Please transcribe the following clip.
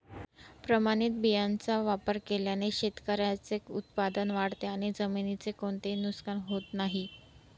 प्रमाणित बियाण्यांचा वापर केल्याने शेतकऱ्याचे उत्पादन वाढते आणि जमिनीचे कोणतेही नुकसान होत नाही